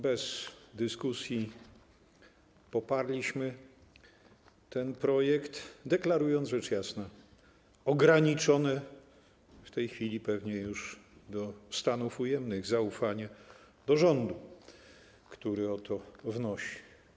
Bez dyskusji poparliśmy ten projekt, deklarując rzecz jasna ograniczone, w tej chwili pewnie już do stanów ujemnych, zaufanie do rządu, który o to wnosi.